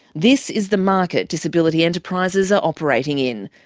this is the market disability enterprises are operating in.